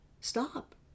stop